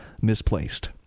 misplaced